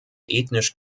ethnisch